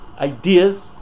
ideas